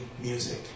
music